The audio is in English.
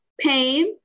pain